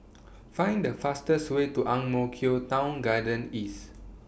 Find The fastest Way to Ang Mo Kio Town Garden East